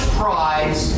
prize